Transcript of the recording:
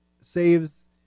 saves